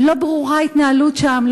לא ברורה ההתנהלות שם,